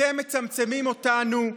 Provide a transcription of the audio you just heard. אתם מצמצמים אותנו,